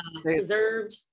preserved